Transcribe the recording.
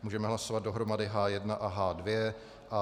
Můžeme hlasovat dohromady H1 a H2.